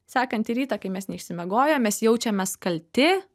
sekantį rytą kai mes neišsimiegoję mes jaučiamės kalti